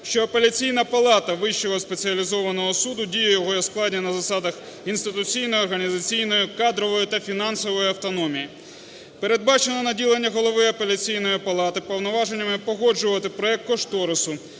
що Апеляційна палата Вищого спеціалізованого суду діє у його складі на засадах інституційної, організаційної, кадрової та фінансової автономії. Передбачено наділення Голови Апеляційної палати повноваженнями погоджувати проект кошторису